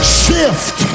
shift